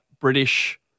British